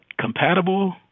compatible